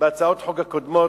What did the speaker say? קודם כול, אתה מוריד את הרייטינג.